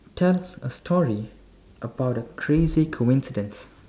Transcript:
tell a story about a crazy coincidence